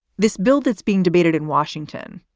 this bill that's being debated in washington,